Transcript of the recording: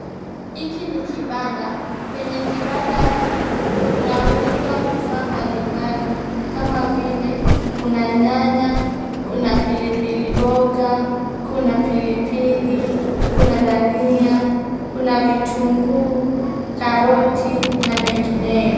Hiki ni kibanda. Kwenye kibanda hii, kunauzwa vifaa mbalimbali kama vile: kuna nyanya, kuna pili pili mboga, kuna pili pili, kuna dania, kuna vitunguu, karoti na mengineyo.